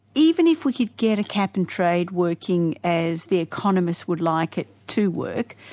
even if we could get a cap and trade working as the economists would like it to work,